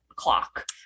clock